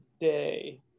day